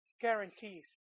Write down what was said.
guarantees